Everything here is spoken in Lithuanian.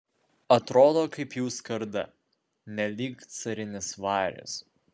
atrodo kaip jų skarda nelyg carinis varis